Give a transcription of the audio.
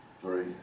Three